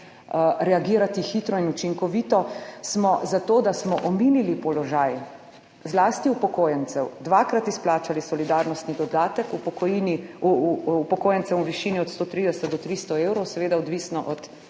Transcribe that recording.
reagirati hitro in učinkovito, smo zato, da smo omilili položaj zlasti upokojencev, dvakrat izplačali solidarnostni dodatek v pokojnini upokojencem v višini od 130 do 300 evrov, seveda odvisno od